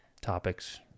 topics